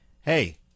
Hey